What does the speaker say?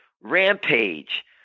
Rampage